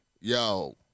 yo